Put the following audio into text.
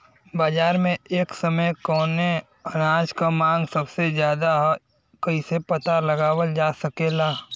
बाजार में एक समय कवने अनाज क मांग सबसे ज्यादा ह कइसे पता लगावल जा सकेला?